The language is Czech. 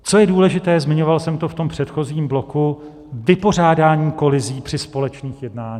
Co je důležité zmiňoval jsem to v tom předchozím bloku vypořádání kolizí při společných jednáních.